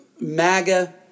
MAGA